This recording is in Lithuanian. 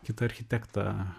kitą architektą